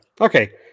okay